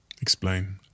Explain